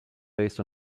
based